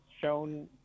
shown